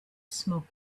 smoke